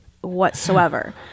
whatsoever